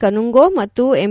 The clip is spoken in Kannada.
ಕನುಂಗೊ ಮತ್ತು ಎಂ